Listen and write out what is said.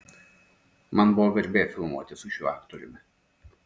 man buvo garbė filmuotis su šiuo aktoriumi